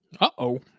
Uh-oh